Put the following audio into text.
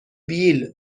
بیل